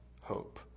hope